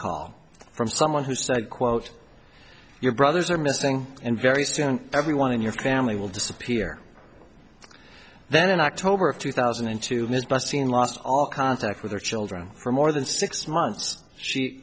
call from someone who said quote your brothers are missing and very soon everyone in your family will disappear then in october of two thousand and two ms bustin lost all contact with her children for more than six months she